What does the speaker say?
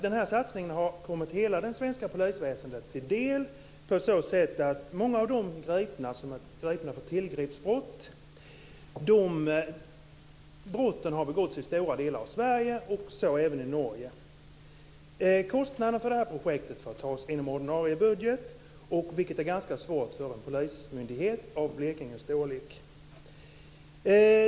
Den här satsningen har kommit hela det svenska polisväsendet till del på så sätt att många av dem som är gripna för tillgreppsbrott har begått brott i stora delar av Sverige och även i Norge. Kostnaden för det här projektet får tas inom ordinarie budget, vilket är ganska svårt för en polismyndighet av Blekinges storlek.